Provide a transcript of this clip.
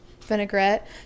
vinaigrette